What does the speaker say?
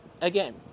again